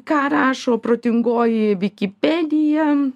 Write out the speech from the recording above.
ką rašo protingoji vikipedija